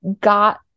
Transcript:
got